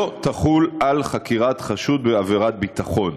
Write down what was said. לא תחול על חקירת חשוד בעבירת ביטחון